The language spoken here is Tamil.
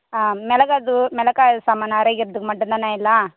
ஆ மிளகா தூ மிளகா சாமானை அரைக்கிறது மட்டும் தானே எல்லாம்